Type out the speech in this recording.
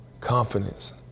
Confidence